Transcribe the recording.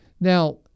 Now